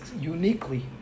uniquely